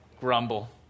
Grumble